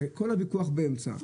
כל הוויכוח הוא באמצע.